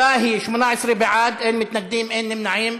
התוצאה היא: 18 בעד, אין מתנגדים, אין נמנעים.